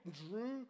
drew